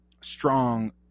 strong